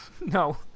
No